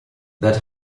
that